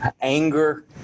anger